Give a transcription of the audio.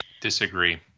Disagree